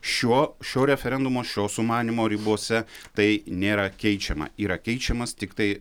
šiuo šio referendumo šio sumanymo ribose tai nėra keičiama yra keičiamas tiktai